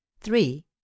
three